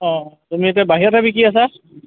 অ তুমি এতিয়া বাহিৰতহে বিক্ৰী আছা